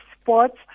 sports